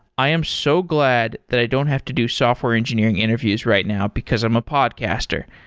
i am so glad that i don't have to do software engineering interviews right now, because i'm a podcaster.